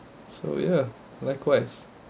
so ya likewise